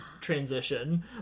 transition